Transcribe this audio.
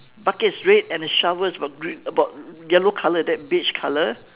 bucket is red and the shovel is about green about yellow colour like that beige colour